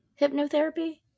hypnotherapy